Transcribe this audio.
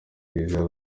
kiliziya